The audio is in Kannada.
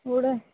ಉಡ